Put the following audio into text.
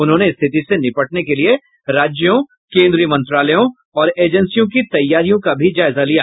उन्होंने स्थिति से निपटने के लिए राज्यों केन्द्रीय मंत्रालयों और एजेन्सियों की तैयारियों का भी जायजा लिया